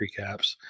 recaps